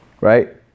Right